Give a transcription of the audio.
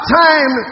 time